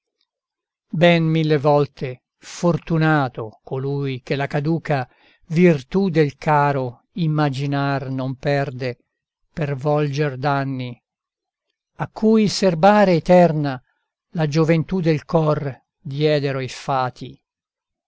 ben mille volte fortunato colui che la caduca virtù del caro immaginar non perde per volger d'anni a cui serbare eterna la gioventù del cor diedero i fati